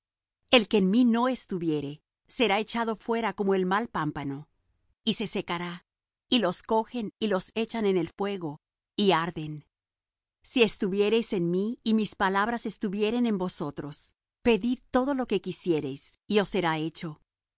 el que en mí no estuviere será echado fuera como mal pámpano y se secará y los cogen y los echan en el fuego y arden si estuviereis en mí y mis palabras estuvieren en vosotros pedid todo lo que quisiereis y os será hecho